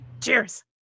Cheers